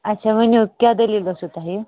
اچھا ؤنِو کیٛاہ دٔلیٖل ٲسوٕ تۄہہِ